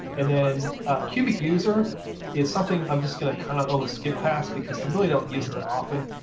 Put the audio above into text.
and then cubic user is something i'm just going to kind of skip past, because i really don't use it that often.